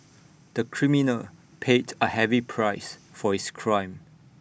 the criminal paid A heavy price for his crime